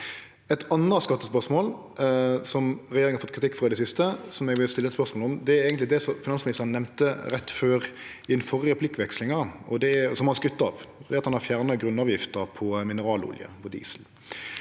Eit anna skattespørsmål som regjeringa har fått kritikk for i det siste, og som eg vil stille spørsmål om, er eigentleg det som finansministeren nemnde rett før den førre replikkvekslinga, og som han har skrytt av. Det handlar om at han har fjerna grunnavgifta på mineralolje og diesel.